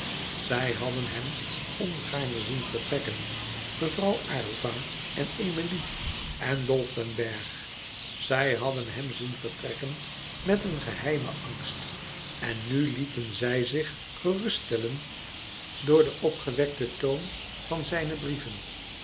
zij hadden hem ongaarne zien vertrekken mevrouw aylva en emilie en dolf den bergh zij hadden hem zien vertrekken met een geheimen angst en nu lieten zij zich gerust stellen door den opgewekten toon van zijne brieven